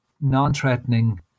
non-threatening